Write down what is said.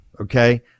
okay